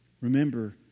Remember